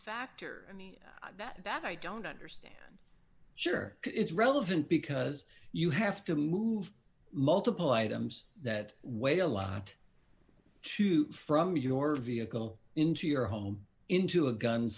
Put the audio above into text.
factor i mean that i don't understand sure it's relevant because you have to move multiple items that way a lot shoots from your vehicle into your home into a gun